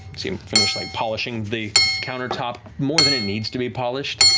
see him finish like polishing the countertop, more than it needs to be polished.